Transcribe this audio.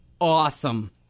awesome